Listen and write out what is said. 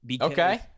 Okay